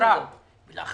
יום-יום יש תאונות.